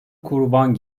kurban